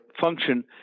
function